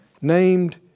named